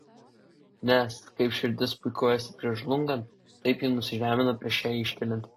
nes kaip širdis puikuojasi prieš žlungant taip ji nusižemina prieš ją iškeliant